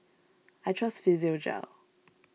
I trust Physiogel